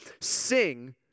sing